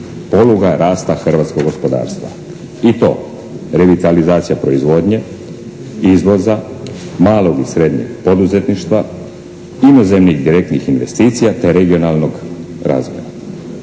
poluga rasta hrvatskog gospodarstva i to revitalizacija proizvodnje, izvoza, malog i srednjeg poduzetništva, inozemnih direktnih investicija te regionalnog razvoja.